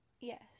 Yes